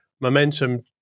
Momentum